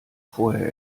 vorher